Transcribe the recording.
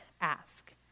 ask